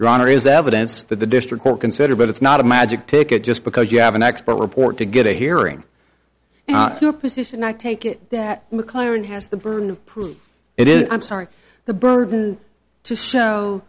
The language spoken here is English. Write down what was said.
honor is evidence that the district will consider but it's not a magic ticket just because you have an expert report to get a hearing on your position i take it that mclaren has the burden of proof it is i'm sorry the burden to show